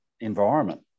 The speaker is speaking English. environment